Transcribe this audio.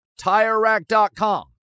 TireRack.com